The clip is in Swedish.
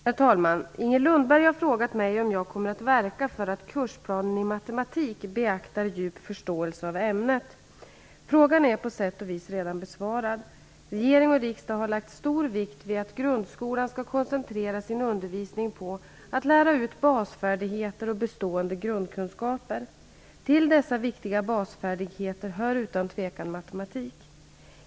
Herr talman! Inger Lundberg har frågat mig om jag kommer att verka för att kursplanen i matematik beaktar djup förståelse av ämnet. Frågan är på sätt och vis redan besvarad. Regering och riksdag har lagt stor vikt vid att grundskolan skall koncentrera sin undervisning på att lära ut basfärdigheter och bestående grundkunskaper. Till dessa viktiga basfärdigheter hör utan tvekan matematik.